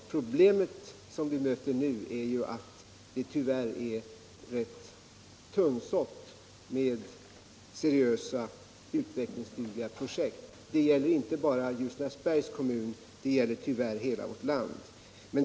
De problem vi möter nu är att det tyvärr är rätt tunnsått med seriösa, utvecklingsdugliga projekt. Det gäller inte bara Ljusnarsbergs kommun. Det gäller tyvärr hela vårt land.